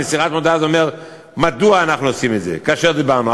וזה אומר מדוע אנחנו עושים את זה כאשר דיברנו.